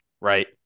right